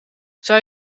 zou